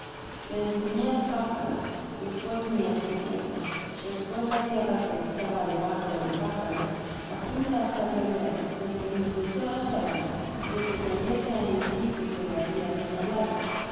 le ensené el pájaro despues mi escopeta despues la tierra que estaba debajo del pájaro á fin de hacerle ver de que mis deseos eran de que cayese en el sitio que le habia señalado